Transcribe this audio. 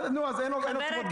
אין לו תשובות.